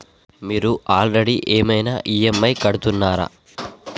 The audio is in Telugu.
మీరు ఆల్రెడీ ఏమైనా ఈ.ఎమ్.ఐ కడుతున్నారా?